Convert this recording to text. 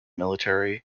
military